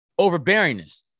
overbearingness